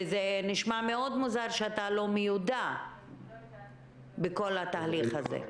זה נשמע מאוד מוזר שאתה לא מיודע בכל התהליך הזה.